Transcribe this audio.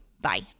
Bye